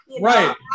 Right